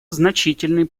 значительный